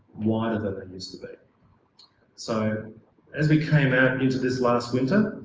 wider though that used to be so as we came out into this last winter